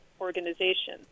organization